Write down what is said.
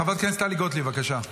חברת הכנסת טלי גוטליב, בבקשה.